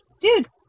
dude